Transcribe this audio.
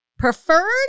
preferred